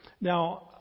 Now